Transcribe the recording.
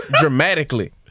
dramatically